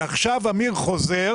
ועכשיו אמיר חוזר